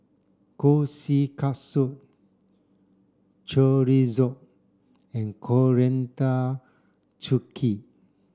kushikatsu Chorizo and Coriander Chutney